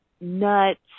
nuts